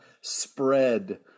spread